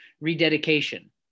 rededication